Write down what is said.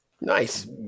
Nice